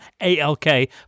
ALK